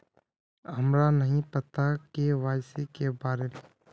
हमरा नहीं पता के.वाई.सी के बारे में?